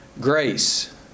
grace